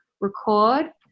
record